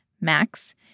Max